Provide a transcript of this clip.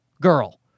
girl